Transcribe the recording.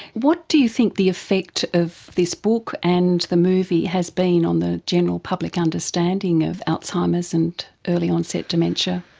what do you think the effect of this book and the movie has been on the general public understanding of alzheimer's and early-onset dementia?